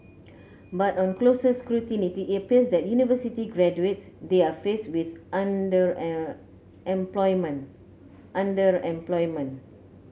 but on closer scrutiny it appears that university graduates there are faced with under an employment underemployment